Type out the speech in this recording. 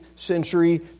century